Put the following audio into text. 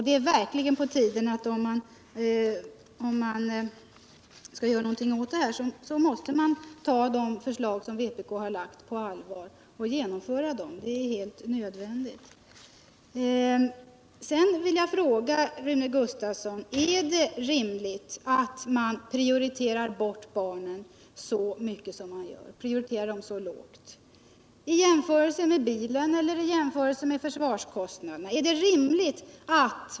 Det är verkligen på tiden att man gör något åt detta, och då måste man ta på allvar de förslag som vpk lagt fram och även genomföra dem. Det är helt nödvändigt. Sedan vill jag fråga Rune Gustavsson om det är rimligt att man prioriterar barnen så lågt som sker i jämförelse med bilen eller försvarskostnaderna.